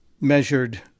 measured